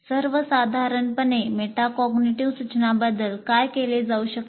सर्वसाधारणपणे मेटाकॉग्निटिव्ह सुचानांबद्दल काय केले जाऊ शकते